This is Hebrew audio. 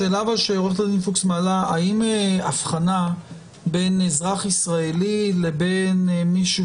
השאלה שעורכת הדין פוקס מעלה היא האם הבחנה בין אזרח ישראלי לבין מישהו